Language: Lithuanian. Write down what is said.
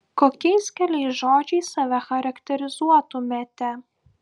kokiais keliais žodžiais save charakterizuotumėte